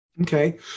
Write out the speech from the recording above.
Okay